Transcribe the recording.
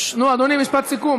נו, אדוני, משפט סיכום.